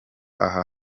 aha